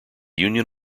union